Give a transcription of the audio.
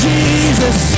Jesus